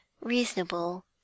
reasonable